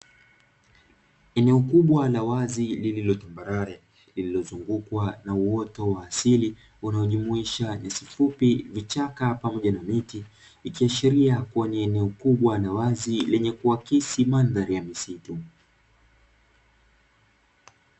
Eneo kubwa la wazi lililo tambarare, lililozungukwa na uoto wa asili unaojumuisha nyasi fupi, vichaka, pamoja na miti, ikiashiria kuwa ni eneo kubwa na wazi lenye kuakisi mandhari ya misitu.